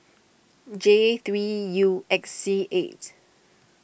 J three U X C eight